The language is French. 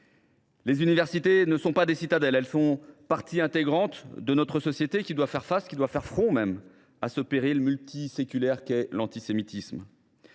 Les universités ne sont pas des citadelles, elles sont partie intégrante de notre société, qui doit faire face – faire front, même !– au péril séculaire de l’antisémitisme.